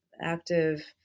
active